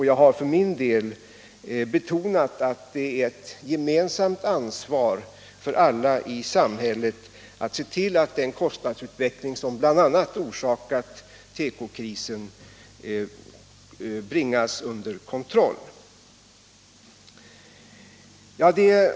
Jag har betonat att det är ett gemensamt ansvar för alla i samhället att se till att den kostnadsutveckling som bl.a. har orsakat tekokrisen bringas under kontroll.